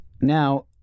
now